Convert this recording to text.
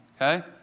okay